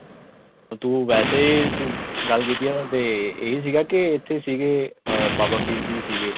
ਤੂੰ ਵੈਸੇ ਹੀ ਤੂੰ ਗੱਲ ਕੀਤੀ ਅਤੇ ਇਹ ਸੀਗਾ ਕਿ ਇੱਥੇ ਸੀਗੇ ਬਾਬਾ ਫਰੀਦ ਜੀ ਸੀਗੇ